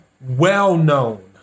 well-known